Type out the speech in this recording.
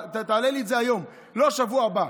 תעלה לי את זה היום, לא בשבוע הבא.